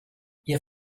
ihr